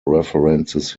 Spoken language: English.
references